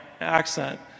accent